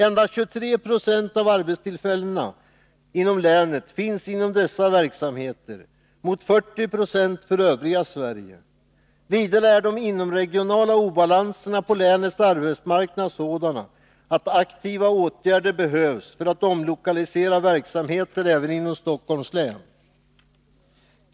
Endast 23 90 av arbetstillfällena inom länet finns inom dessa verksamheter mot 40 90 för övriga Sverige. Vidare är de inomregionala obalanserna på länets arbetsmarknad sådana att aktiva åtgärder behövs för att omlokalisera verksamheter även inom Stockholms län.